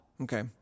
Okay